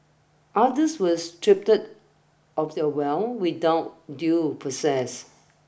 others were stripped of their wealth without due process